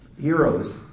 heroes